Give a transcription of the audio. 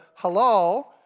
halal